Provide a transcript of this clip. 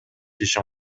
ишин